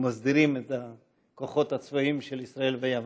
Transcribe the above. מסדירים את הכוחות הצבאיים של ישראל ויוון.